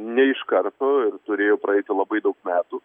ne iš karto ir turėjo praeiti labai daug metų